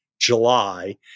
July